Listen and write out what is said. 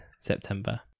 September